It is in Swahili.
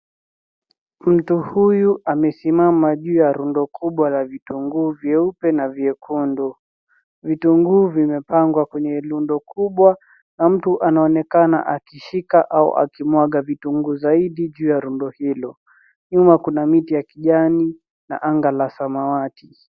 Mtu huyu amesimama juu ya rundo kubwa la vitunguu vyeupe na vyekundu. Vitunguu vimepangwa kwenye rundo kubwa na mtu anaonekana akishika au akimwaga vitunguu zaidi juu ya rundo hilo. Nyuma kuna miti ya kijani na anga la samawati.